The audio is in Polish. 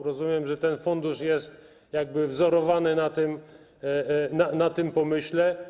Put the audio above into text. Rozumiem, że ten fundusz jest jakby wzorowany na tym pomyśle.